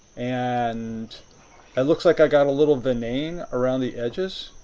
and it looks like i've got a little vignetting around the edges.